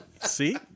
See